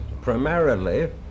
primarily